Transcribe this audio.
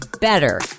better